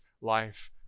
life